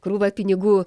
krūvą pinigų